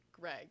Greg